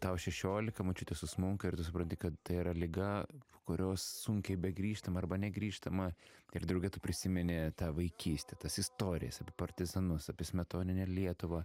tau šešiolika močiutė susmunka ir tu supranti kad tai yra liga kurios sunkiai begrįžtama arba negrįžtama ir drauge tu prisimeni tą vaikystę tas istorijas apie partizanus apie smetoninę lietuvą